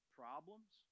problems